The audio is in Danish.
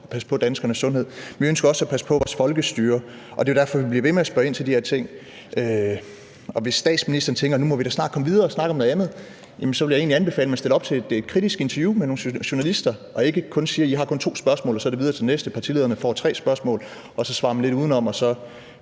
at passe på danskernes sundhed. Men vi ønsker også at passe på vores folkestyre, og det er jo derfor, vi bliver ved med at spørge ind til de her ting. Og hvis statsministeren tænker, at nu må vi da snart komme videre og snakke om noget andet, vil jeg egentlig anbefale, at man stiller op til et kritisk interview med nogle journalister og ikke kun siger: I har kun to spørgsmål, og så er det videre til næste. Partilederne får tre spørgsmål, og så svarer man lidt udenom, og så